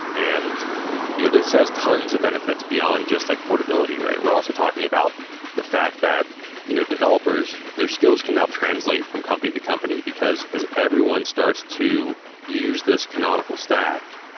and you know this has tons of benefi ts beyond just like portability, right? we're also talking about the fact that you know developers, their skills can now translate from company to company because as everyone starts to use this canonical stack,